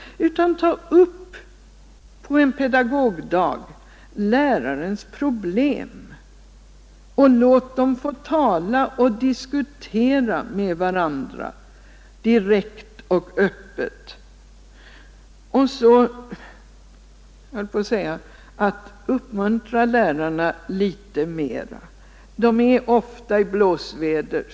Ta på en pedagogdag upp lärarnas problem och låt dem få tala och diskutera med varandra direkt och öppet! Uppmuntra lärarna litet mer! De råkar ofta i blåsväder.